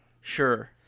Sure